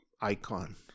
icon